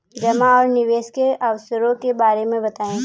जमा और निवेश के अवसरों के बारे में बताएँ?